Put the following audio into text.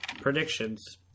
predictions